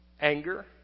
Anger